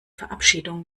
verabschiedung